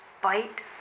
bite